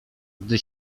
gdy